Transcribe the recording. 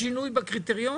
אין שינוי בקריטריון?